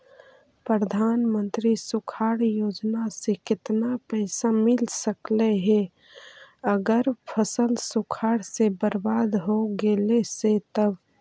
प्रधानमंत्री सुखाड़ योजना से केतना पैसा मिल सकले हे अगर फसल सुखाड़ से बर्बाद हो गेले से तब?